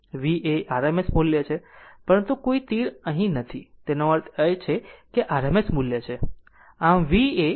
V એ RMS મૂલ્ય છે પરંતુ કોઈ તીર અહીં નથી તેનો અર્થ છે RMS મૂલ્ય છે